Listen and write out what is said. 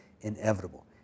inevitable